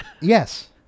Yes